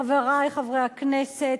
חברי חברי הכנסת,